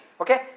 Okay